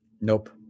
Nope